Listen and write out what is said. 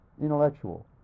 intellectual